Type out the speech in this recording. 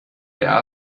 der